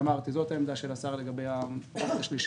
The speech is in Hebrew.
אמרתי: זאת העמדה של השר לגבי הרובד השלישי.